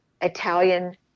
Italian